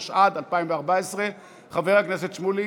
התשע"ד 2014. חבר הכנסת שמולי,